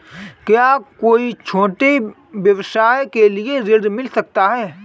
क्या कोई छोटे व्यवसाय के लिए ऋण मिल सकता है?